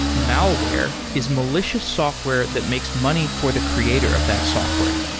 malware is malicious software that makes money for the creator of that software.